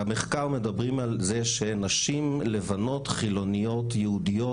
במחקר מדברים על זה שנשים לבנות חילוניות יהודיות